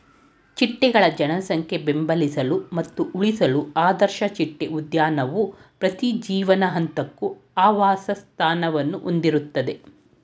ಚಿಟ್ಟೆಗಳ ಜನಸಂಖ್ಯೆ ಬೆಂಬಲಿಸಲು ಮತ್ತು ಉಳಿಸಲು ಆದರ್ಶ ಚಿಟ್ಟೆ ಉದ್ಯಾನವು ಪ್ರತಿ ಜೀವನ ಹಂತಕ್ಕೂ ಆವಾಸಸ್ಥಾನವನ್ನು ಹೊಂದಿರ್ತದೆ